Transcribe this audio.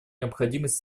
необходимость